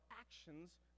actions